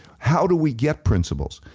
how do we get principles?